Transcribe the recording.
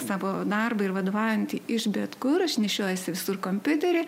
savo darbą ir vadovaujantį iš bet kur aš nešiojuosi visur kompiuterį